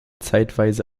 zeitweise